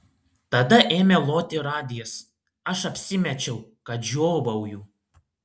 tada ėmė loti radijas aš apsimečiau kad žiovauju